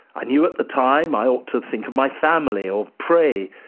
i knew at the time i ought to think of my family, or pray,